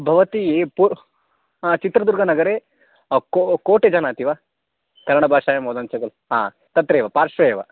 भवती पुनः अ चित्रदुर्गनगरे को कोटे जानाति वा कन्नडभाषायां वदन्ति खलु आ तत्रैव पार्श्वे एव